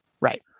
right